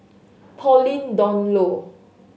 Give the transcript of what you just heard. Pauline Dawn Loh